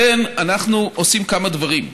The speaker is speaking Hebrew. לכן אנחנו עושים כמה דברים,